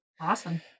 Awesome